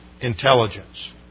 intelligence